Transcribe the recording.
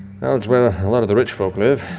where a lot of the rich folk live,